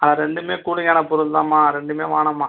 ரெண்டுமே கூலிங்கான பொருள் தாம்மா ரெண்டுமே வேணாம்மா